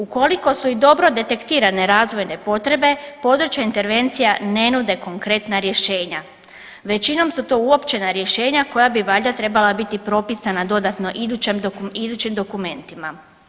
Ukoliko su i dobro detektirane razvojne potrebe područje intervencija ne nude konkretna rješenja, većinom su to uopćena rješenja koja bi valjda trebala biti propisana dodatno idućim dokumentima.